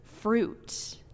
fruit